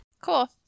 Cool